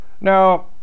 Now